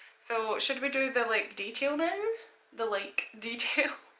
so should we do the like detail in the like detail?